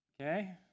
Okay